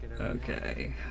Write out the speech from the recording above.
okay